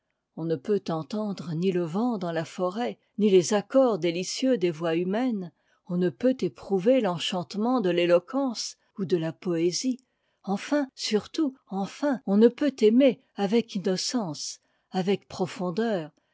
on ne peut entendre ni le vent dans la forêt ni tes accords délicieux des voix humaines on ne peut éprouver l'enchantement de l'éloquence ou de la poésie enfin surtout enfin on ne peut aimer avec innocence avec profondeur